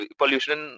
pollution